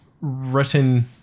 written